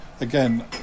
again